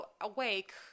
awake